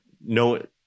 No